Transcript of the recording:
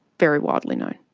very widely known.